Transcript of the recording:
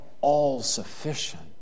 all-sufficient